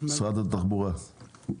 משרד התחבורה.